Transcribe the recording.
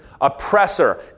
oppressor